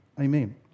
Amen